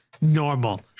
normal